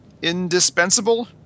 indispensable